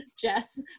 Jess